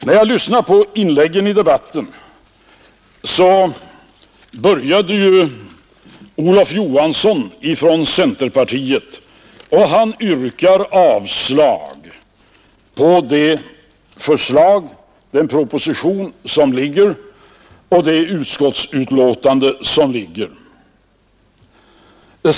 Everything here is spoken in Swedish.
När jag lyssnat på inläggen i debatten har jag konstaterat att herr Olof Johansson i Stockholm från centerpartiet yrkar avslag på den proposition och det utskottsbetänkande som ligger.